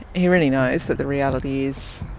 he really knows that the reality is